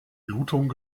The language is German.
blutung